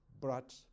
Brought